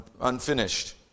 unfinished